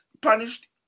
punished